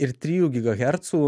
ir trijų gigahercų